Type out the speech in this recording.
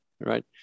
right